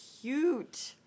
cute